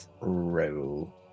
roll